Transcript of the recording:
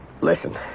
Listen